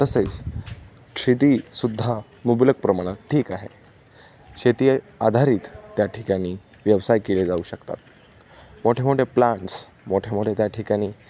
तसेच शेतीसुद्धा मुबलक प्रमाणात ठीक आहे शेती आधारित त्या ठिकाणी व्यवसाय केले जाऊ शकतात मोठे मोठे प्लांट्स मोठे मोठे त्या ठिकाणी